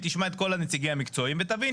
היא תשמע את כל הנציגים המקצועיים ותבין.